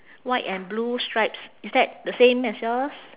white and blue stripes is that the same as yours